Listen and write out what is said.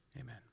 Amen